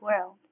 world